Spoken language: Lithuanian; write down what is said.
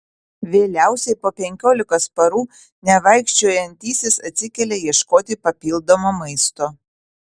vėliausiai po penkiolikos parų nevaikščiojantysis atsikelia ieškoti papildomo maisto